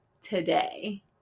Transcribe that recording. today